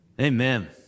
Amen